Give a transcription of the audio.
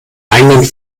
eigenen